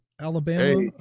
Alabama